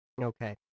Okay